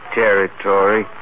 territory